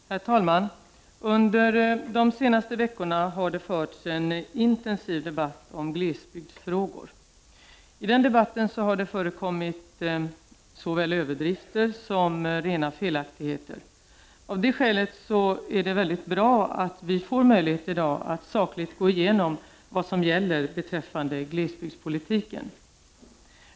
Herr talman! Under de senaste veckorna har det förts en intensiv debatt om glesbygdsfrågor. I den debatten har det förekommit såväl överdrifter som rena felaktigheter. Av det skälet är det mycket bra att vi i dag får möjlighet att sakligt gå igenom vad som gäller beträffande glesbygdspolitiken.